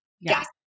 Yes